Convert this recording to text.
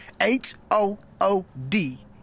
h-o-o-d